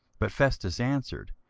but festus answered,